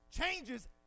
Changes